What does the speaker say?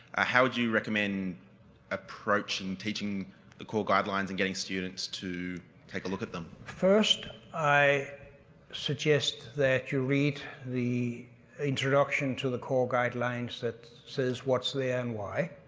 ah how would you recommend approaching teaching the core guidelines and getting students to take a look at them? first, i suggest that you read the introduction to the core guidelines that says what's there and why,